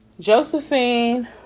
Josephine